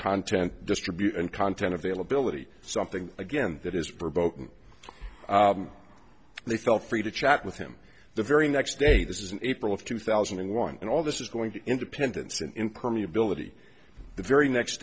content distribution and content availability something again that is verboten they felt free to chat with him the very next day this is an april of two thousand and one and all this is going to independence and incur me ability the very next